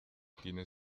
tiene